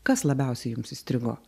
kas labiausiai jums įstrigo